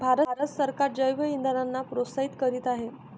भारत सरकार जैवइंधनांना प्रोत्साहित करीत आहे